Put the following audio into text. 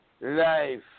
Life